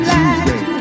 Tuesday